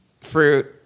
fruit